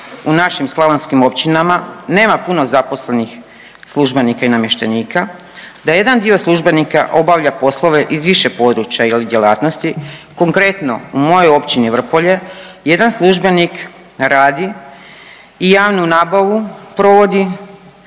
u našim slavonskim općinama nema puno zaposlenih službenika i namještenika, da jedan dio službenika obavlja poslove iz više područja ili djelatnosti, konkretno, u mojoj Općini Vrpolje jedan službenik radi i javnu nabavu provodi,